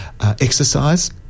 Exercise